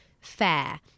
fair